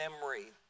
memory